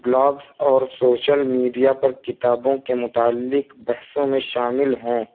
blogs اور social media پر کتابوں کے متعلق بحثوں میں شامل ہوں